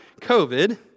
COVID